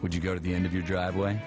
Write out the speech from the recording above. would you go to the end of your driveway